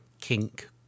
kink